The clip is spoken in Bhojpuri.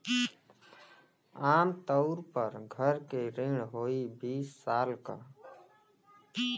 आम तउर पर घर के ऋण होइ बीस साल क